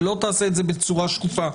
ולא תעשה את זה בצורה שקופה,